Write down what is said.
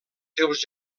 seus